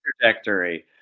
trajectory